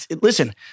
Listen